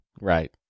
Right